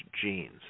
genes